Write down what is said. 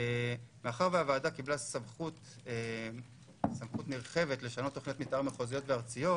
מאחר והוועדה קיבלה סמכות נרחבת לשנות תוכניות מתאר מחוזיות וארציות